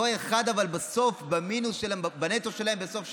אותו אחד, בנטו שלו בסוף שנה,